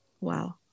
wow